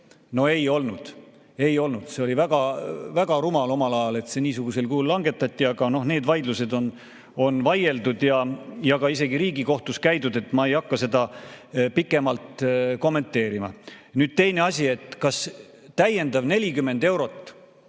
No ei olnud. Ei olnud! See oli väga rumal omal ajal, et see niisugusel kujul langetati, aga noh, need vaidlused on vaieldud ja isegi Riigikohtus on käidud, nii et ma ei hakka seda pikemalt kommenteerima. Nüüd teine asi, kas täiendav 40 eurot